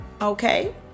Okay